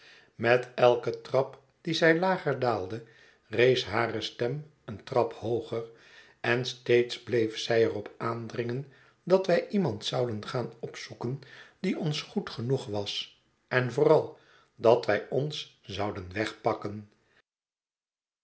met eiken trap dien zij lager daalde rees hare stem een trap hooger en steeds bleef zij er op aandringen dat wij iemand zouden gaan opzoeken die ons goed genoeg was en vooral dat wij ons zouden wegpakken